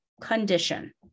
condition